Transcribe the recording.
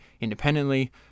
independently